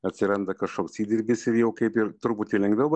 atsiranda kažkoks įdirbis ir jau kaip ir truputį lengviau